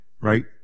right